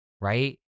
right